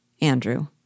Andrew